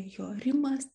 jo rimas